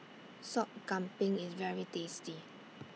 Sop Kambing IS very tasty